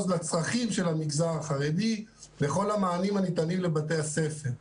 לצרכים של המגזר החרדי בכל המענים הניתנים לבתי הספר,